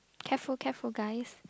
careful careful guys